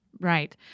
Right